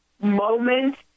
moment